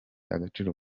agaciro